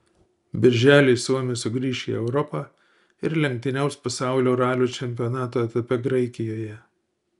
birželį suomis sugrįš į europą ir lenktyniaus pasaulio ralio čempionato etape graikijoje